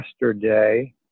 yesterday